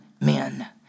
men